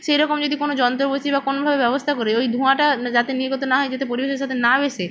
সেরকম যদি কোনো যন্ত্র বসিয়ে বা কোনোভাবে ব্যবস্থা করে ওই ধোঁয়াটা না যাতে নির্গত না হয় যাতে পরিবেশের সাথে না মেশে